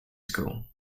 school